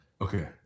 Okay